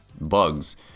bugs